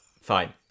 Fine